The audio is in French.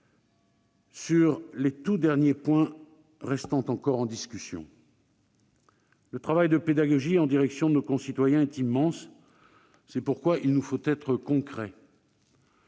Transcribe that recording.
sur les tout derniers points restant en discussion. Le travail de pédagogie en direction de nos concitoyens est immense. C'est pourquoi il nous faut être concrets.